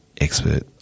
expert